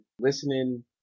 listening